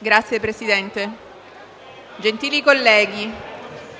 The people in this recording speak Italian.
Signor Presidente, gentili colleghi,